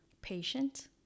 Patient